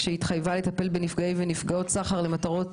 כשהיא התחייבה לטפל בנפגעי ונפגעות סחר למטרות